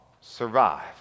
survive